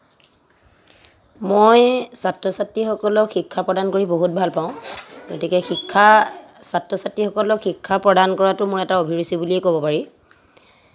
মই ছাত্ৰ ছাত্ৰীসকলক শিক্ষা প্ৰদান কৰি বহুত ভাল পাওঁ গতিকে শিক্ষা ছাত্ৰ ছাত্ৰীসকলক শিক্ষা প্ৰদান কৰাটো মোৰ এটা অভিৰুচি বুলিয়েই ক'ব পাৰি